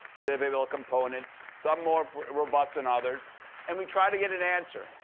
freely available component, some more robust than others and we try to get an answer.